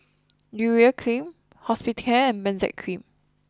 Urea cream Hospicare and Benzac cream